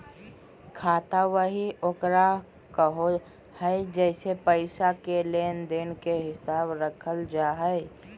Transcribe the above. खाता बही ओकरा कहो हइ जेसे पैसा के लेन देन के हिसाब रखल जा हइ